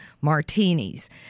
martinis